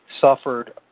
suffered